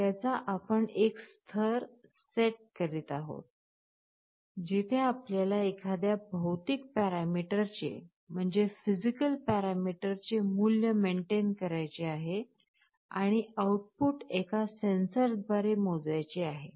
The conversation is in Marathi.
त्याचा आपण एक स्तर सेट करीत आहोत जिथे आपल्याला एखाद्या भौतिक पॅरामीटरचे मूल्य मेन्टेन करायचे आहे आणि आउटपुट एका सेन्सरद्वारे मोजायचे आहे